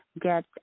get